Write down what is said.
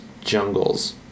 jungles